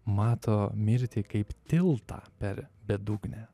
mato mirtį kaip tiltą per bedugnę